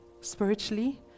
spiritually